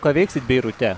ką veiksit beirute